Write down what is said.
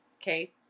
Okay